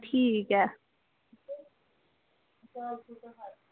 ठीक ऐ